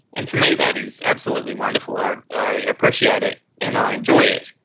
and for me that is absolutely wonderful, i i appreciate it and i enjoy it.